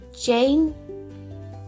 Jane